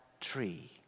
tree